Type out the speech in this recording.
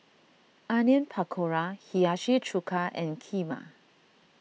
Onion Pakora Hiyashi Chuka and Kheema